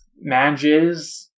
manages